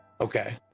Okay